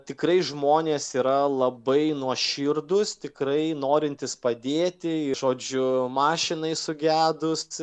tikrai žmonės yra labai nuoširdūs tikrai norintys padėti žodžiu mašinai sugedus